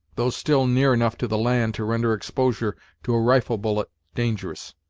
though still near enough to the land to render exposure to a rifle-bullet dangerous.